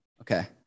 Okay